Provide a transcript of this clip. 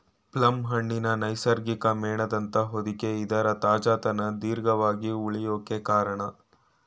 plum ಹಣ್ಣಿನ ನೈಸರ್ಗಿಕ ಮೇಣದಂಥ ಹೊದಿಕೆ ಇದರ ತಾಜಾತನ ದೀರ್ಘವಾಗಿ ಉಳ್ಯೋಕೆ ಕಾರ್ಣ